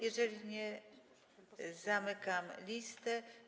Jeżeli nie, zamykam listę.